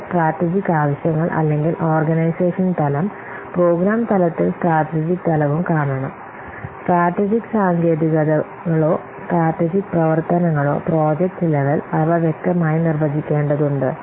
ഇവ സ്ട്രാറ്റജിക്ക് ആവശ്യങ്ങൾ അല്ലെങ്കിൽ ഓർഗനൈസേഷൻ തലം പ്രോഗ്രാം തലത്തിൽ സ്ട്രാറ്റജിക്ക് തലവും കാണണം സ്ട്രാറ്റജിക്ക് സാങ്കേതികതകളോ സ്ട്രാറ്റജിക്ക് പ്രവർത്തനങ്ങളോ പ്രോജക്റ്റ് ലെവൽ അവ വ്യക്തമായി നിർവചിക്കേണ്ടതുണ്ട്